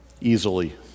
Easily